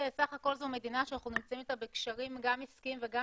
סך הכל זאת מדינה שאנחנו נמצאים איתה בקשרים גם עסקיים וגם